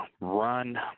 run